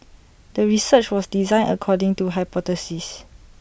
the research was designed according to hypothesis